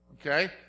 okay